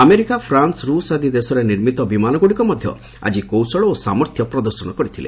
America France ରୁଷ ଆଦି ଦେଶରେ ନିର୍ମିତ ବିମାନଗୁଡ଼ିକ ମଧ୍ୟ ଆକି କୌଶଳ ଓ ସାମର୍ଥ୍ୟ ପ୍ରଦର୍ଶନ କରିଥିଲେ